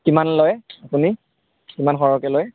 কিমান লয় আপুনি কিমান সৰহকৈ লয়